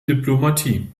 diplomatie